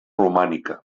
romànica